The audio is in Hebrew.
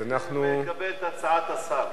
אני מקבל את הצעת השר.